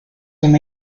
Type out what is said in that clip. una